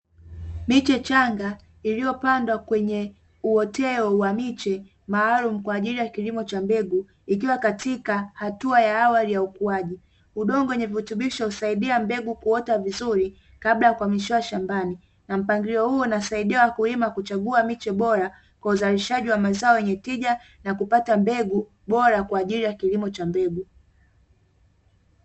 Miche changa iliopandwa kwenye uoteo wa miche maalumu kwa ajili ya kilimo cha mbegu ikiwa katika hatua ya awali ya ukuaji udongo wenye virutubisho, husaidia mbegu kuota vizuri kabla ya kuhamishiwa shambani, na mpangilio huu unasaidia wakulima kuchagua miche bora, shambani kwa uzalishaji wa mazao yenye tija na kupata mbegu bora kwa ajili ya kilimo cha mbegu.